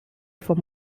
for